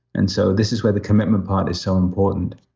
and so, this is where the commitment part is so important